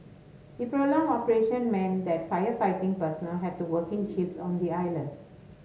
the prolonged operation meant that firefighting personnel had to work in shifts on the island